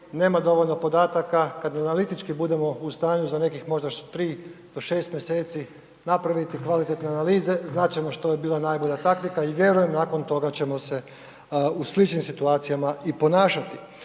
nema dovoljno podataka, kada analitički budemo u stanju za nekih možda 3 do 6 mjeseci napraviti kvalitetne analize znat ćemo što je bila najbolja taktika i vjerujem nakon toga ćemo se u sličnim situacijama i ponašati.